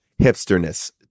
hipsterness